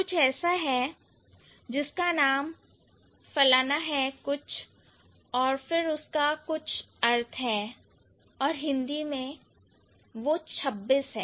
कुछ ऐसा है जिसका नाम FL है और FL का अर्थ हिंदी में 26 है